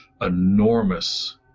enormous